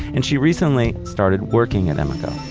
and she recently started working at emeco